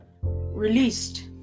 released